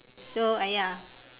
so ah ya